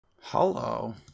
Hello